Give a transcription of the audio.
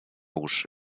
uszy